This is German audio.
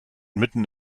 mitten